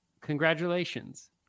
Congratulations